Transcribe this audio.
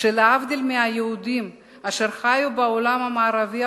שלהבדיל מהיהודים אשר חיו בעולם המערבי,